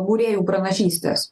būrėjų pranašystes